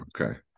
okay